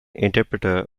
interpreter